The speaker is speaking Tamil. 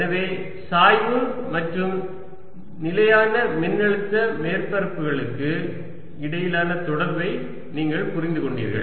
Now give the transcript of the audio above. எனவே சாய்வு மற்றும் நிலையான மின்னழுத்த மேற்பரப்புகளுக்கு இடையிலான தொடர்பை நீங்கள் புரிந்துகொண்டீர்கள்